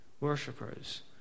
Worshippers